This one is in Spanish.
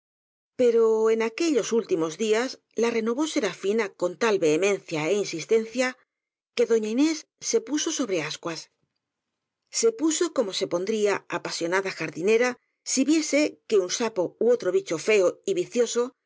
pero en aquellos últimos días la renovó serafina con tal vehemencia é insistencia que doña inés se puso sobre ascuas se puso como se pondría apasionada jardinera si viese que un sapo ú otro bicho feo y vicioso